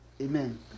Amen